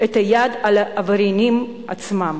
את היד על העבריינים עצמם?